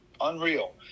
unreal